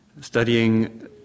Studying